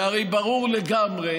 והרי ברור לגמרי